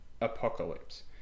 Apocalypse